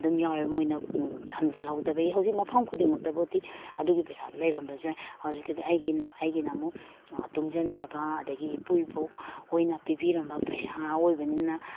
ꯑꯗꯨꯝ ꯌꯥꯎꯋꯦ ꯃꯣꯏꯅ ꯊꯝꯖꯟꯍꯧꯗꯕꯩ ꯍꯧꯖꯤꯛ ꯃꯐꯝ ꯈꯨꯗꯤꯡꯃꯛꯇꯕꯨꯗꯤ ꯑꯗꯨꯒꯤ ꯄꯩꯁꯥ ꯂꯩꯔꯝꯕꯁꯨ ꯌꯥꯏ ꯍꯧꯖꯤꯛꯀꯤꯗꯨ ꯑꯩꯒꯤꯅ ꯑꯩꯒꯤꯅ ꯑꯃꯨꯛ ꯇꯨꯡꯖꯟꯖꯕ ꯑꯗꯒꯤ ꯏꯄꯨ ꯏꯕꯣꯛ ꯍꯣꯏꯅ ꯄꯤꯕꯤꯔꯝꯕ ꯄꯩꯁꯥ ꯑꯣꯏꯕꯅꯤꯅ